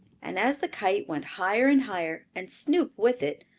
and as the kite went higher and higher, and snoop with it,